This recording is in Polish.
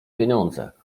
pieniądze